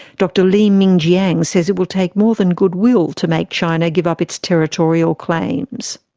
dr li mingjiang says it will take more than goodwill to make china give up its territorial claims.